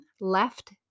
left